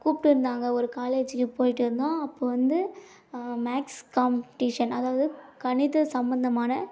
கூப்பிட்டுருந்தாங்க ஒரு காலேஜிக்கு போய்ட்டு இருந்தோம் அப்போது வந்து மேக்ஸ் காம்பெடிஷன் அதாவது கணித சம்மந்தமான